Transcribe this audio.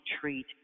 treat